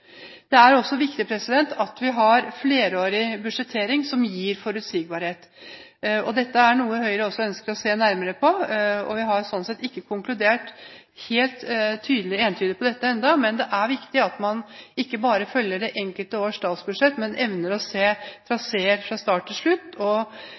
Det er også viktig at vi har flerårig budsjettering som gir forutsigbarhet. Dette er noe Høyre ønsker å se nærmere på, og vi har sånn sett ikke konkludert entydig på dette enda. Det er viktig at man ikke bare følger det enkelte års statsbudsjett, men at man evner å se traseer fra